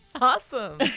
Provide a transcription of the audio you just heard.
Awesome